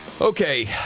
Okay